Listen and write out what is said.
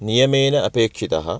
नियमेन अपेक्षितः